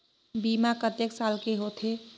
बीमा कतेक साल के होथे?